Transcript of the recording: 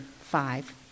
five